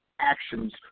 actions